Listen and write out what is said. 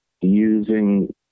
using